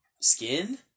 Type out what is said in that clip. skin